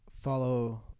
follow